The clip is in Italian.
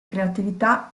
creatività